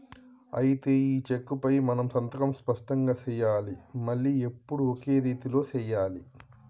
అయితే ఈ చెక్కుపై మనం సంతకం స్పష్టంగా సెయ్యాలి మళ్లీ ఎప్పుడు ఒకే రీతిలో సెయ్యాలి